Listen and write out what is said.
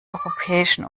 europäischen